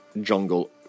jungle